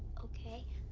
okay.